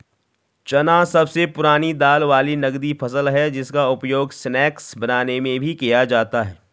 चना सबसे पुरानी दाल वाली नगदी फसल है जिसका उपयोग स्नैक्स बनाने में भी किया जाता है